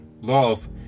love